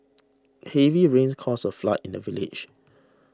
heavy rains caused a flood in the village